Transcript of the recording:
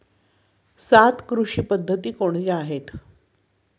सात कृषी पद्धती कोणत्या आहेत?